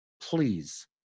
Please